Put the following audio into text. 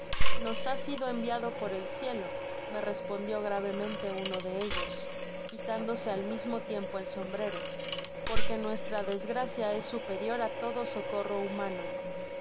nos ba sido enviado por el cielo me respondió gravemente uno de ellos quitandose al mismo tiempo el sombrero porque nuestra desgracia es superior á todo socorro humano